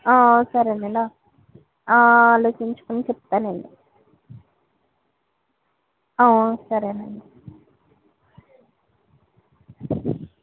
సరేనండి ఆలోచించుకుని చెప్తానండి సరేనండి